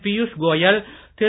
Piyush Goyal Thiru